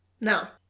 Now